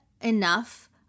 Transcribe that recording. enough